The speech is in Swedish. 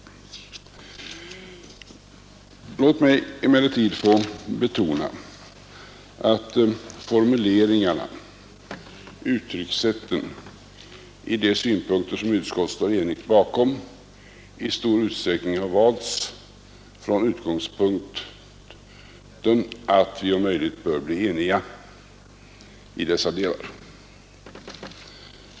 Låt mig emellertid få betona att formuleringarna, uttryckssätten, i de synpunkter som utskottet står enigt bakom, i stor utsträckning har valts med utgångspunkten att vi om möjligt bör bli eniga i dessa delar.